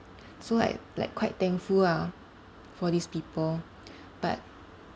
so like like quite thankful lah for these people but